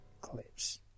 clips